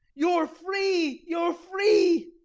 you're free, you're free!